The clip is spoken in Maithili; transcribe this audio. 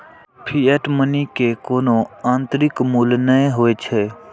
फिएट मनी के कोनो आंतरिक मूल्य नै होइ छै